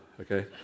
okay